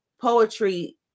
poetry